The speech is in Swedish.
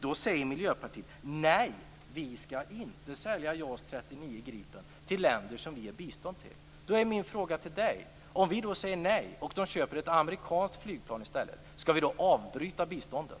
Då säger Miljöpartiet: "Nej, vi skall inte sälja JAS 39 Gripen till länder som Sverige ger bistånd till." Men om vi säger nej, och Sydafrika i stället köper ett amerikanskt flygplan, skall vi avbryta biståndet?